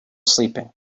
sleeping